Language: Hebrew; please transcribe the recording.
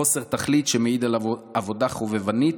חוסר תכלית, שמעיד על עבודה חובבנית.